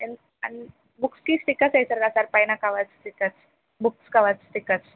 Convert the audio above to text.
బుక్స్కి స్టిక్కర్స్ వేస్తారు కదా సార్ పైన covers stickers books covers stickers